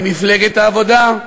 עם מפלגת העבודה,